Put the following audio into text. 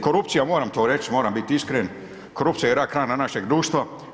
Korupcija, moram to reći, moram biti iskren korupcija je rak rana našeg društva.